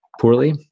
poorly